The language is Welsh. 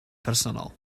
personol